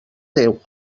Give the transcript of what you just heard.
déu